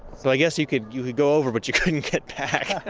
so i guess you could you could go over but you couldn't get back